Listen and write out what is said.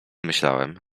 myślałem